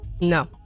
No